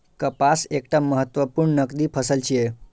कपास एकटा महत्वपूर्ण नकदी फसल छियै